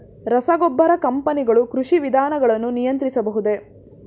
ರಸಗೊಬ್ಬರ ಕಂಪನಿಗಳು ಕೃಷಿ ವಿಧಾನಗಳನ್ನು ನಿಯಂತ್ರಿಸಬಹುದೇ?